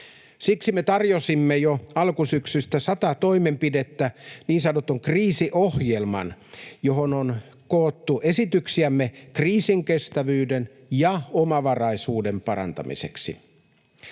Siksi me tarjosimme jo alkusyksystä sata toimenpidettä, niin sanotun kriisiohjelman, johon on koottu esityksiämme kriisinkestävyyden ja omavaraisuuden parantamiseksi.